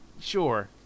sure